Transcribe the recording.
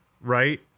right